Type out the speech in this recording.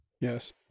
Yes